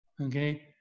okay